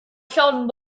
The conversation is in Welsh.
llond